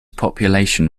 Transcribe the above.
population